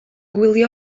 gwylio